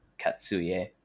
Katsuye